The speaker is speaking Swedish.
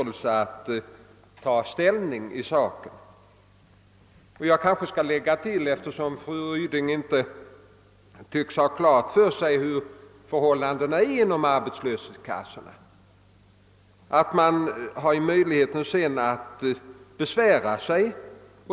Eftersom fru Ryding inte tycks ha klart för sig förhållandena inom arbetslöshetskassorna kanske jag skall tillägga att man har möjlighet att besvära sig.